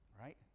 Right